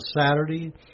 Saturday